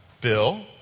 Bill